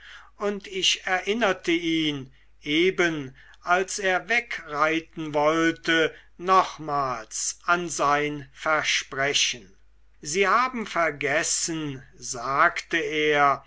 und ich erinnerte ihn eben als er wegreiten wollte nochmals an sein versprechen sie haben vergessen sagte er